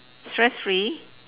stress free